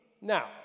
Now